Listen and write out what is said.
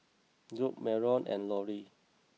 Jobe Marion and Lorie